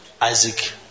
Isaac